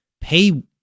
pay